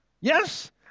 Yes